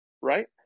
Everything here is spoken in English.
right